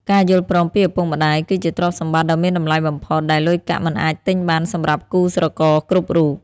ការយល់ព្រមពីឪពុកម្ដាយគឺជាទ្រព្យសម្បត្តិដ៏មានតម្លៃបំផុត ដែលលុយកាក់មិនអាចទិញបានសម្រាប់គូស្រករគ្រប់រូប។